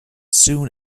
soon